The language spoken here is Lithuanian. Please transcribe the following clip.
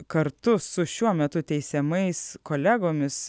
kartu su šiuo metu teisiamais kolegomis